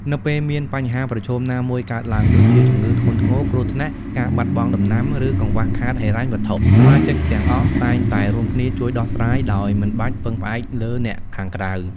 នៅពេលមានបញ្ហាប្រឈមណាមួយកើតឡើង ដូចជាជំងឺធ្ងន់ធ្ងរ គ្រោះថ្នាក់ ការបាត់បង់ដំណាំ ឬកង្វះខាតហិរញ្ញវត្ថុ សមាជិកទាំងអស់តែងតែរួមគ្នាជួយដោះស្រាយ ដោយមិនបាច់ពឹងផ្អែកលើអ្នកខាងក្រៅ។